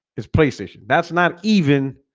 its playstation that's not even